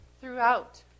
throughout